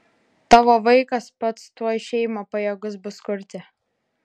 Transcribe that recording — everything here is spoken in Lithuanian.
tavo vaikas pats tuoj šeimą pajėgus bus kurti